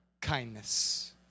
kindness